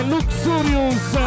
Luxurious